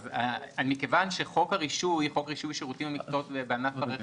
מכיוון שחוק רישוי שירותים ומקצועות בענף הרכב